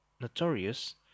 notorious